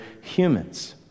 humans